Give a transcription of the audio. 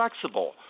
flexible